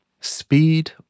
speed